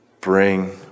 bring